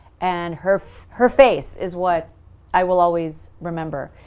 and her her face is what i will always remember.